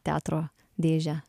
teatro dėžę